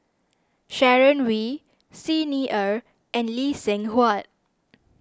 Sharon Wee Xi Ni Er and Lee Seng Huat